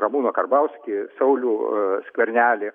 ramūną karbauskį saulių skvernelį